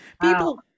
People